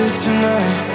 tonight